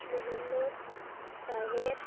মুহাম্মদ শাহের